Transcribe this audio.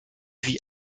vit